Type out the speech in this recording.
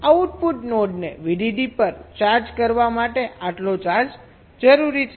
output નોડને VDD પર charge કરવા માટે આટલો ચાર્જ જરૂરી છે